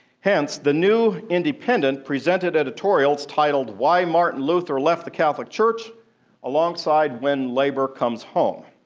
hence the new independent presented editorials titled why martin luther left the catholic church alongside when labor comes home.